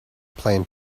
plan